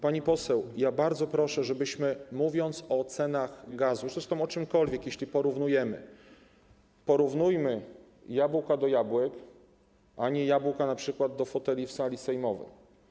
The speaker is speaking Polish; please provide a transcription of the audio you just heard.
Pani poseł, ja bardzo proszę, żebyśmy mówiąc o cenach gazu, zresztą o czymkolwiek, jeśli porównujemy, porównujmy jabłka do jabłek, a nie jabłka np. do foteli w sali sejmowej.